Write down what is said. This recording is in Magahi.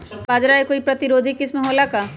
का बाजरा के कोई प्रतिरोधी किस्म हो ला का?